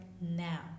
now